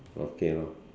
okay lor